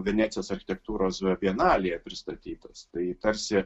venecijos architektūros bienalėje pristatytas tai tarsi